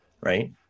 right